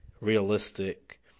realistic